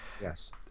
Yes